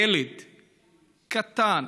ילד קטן,